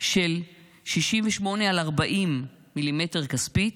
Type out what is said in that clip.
של 68/40 מ"מ כספית,